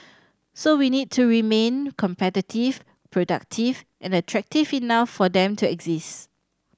so we need to remain competitive productive and attractive enough for them to exist